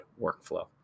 workflow